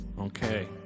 Okay